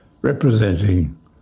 representing